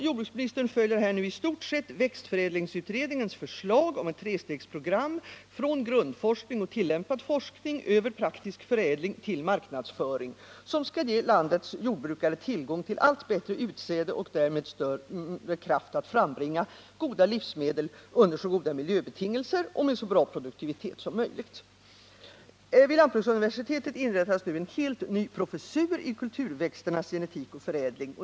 Jordbruksministern följer i stort sett växtförädlingsutredningens förslag om ett trestegsprogram, från grundforskning och tillämpad forskning över praktisk förädling till marknadsföring, som skall ge landets jordbrukare tillgång till allt bättre utsäde och därmed större kraft att frambringa bra livsmedel under så goda miljöbetingelser och med så god produktivitet som möjligt. Vid lantbruksuniversitet inrättas nu en helt ny professur i kulturväxternas genetik och förädling.